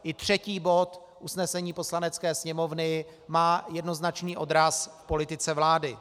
I třetí bod usnesení Poslanecké sněmovny má jednoznačný odraz v politice vlády.